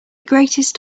greatest